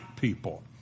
people